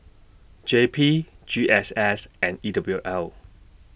J P G S S and E W L